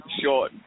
short